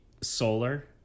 solar